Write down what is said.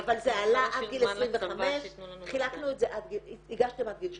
אבל זה עלה עד גיל 25. הגשתם עד גיל 30,